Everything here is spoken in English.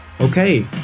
Okay